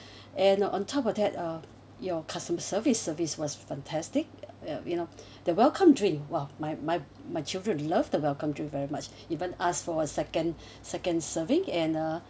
and on top of that uh your customer service service was fantastic you know the welcome drink !wow! my my my children loved the welcome drink very much even asked for a second second serving and uh